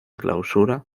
clausura